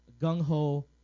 gung-ho